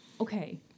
Okay